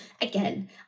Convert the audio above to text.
Again